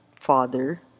father